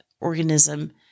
organism